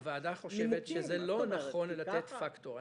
הוועדה חושבת שזה לא נכון לתת פקטור.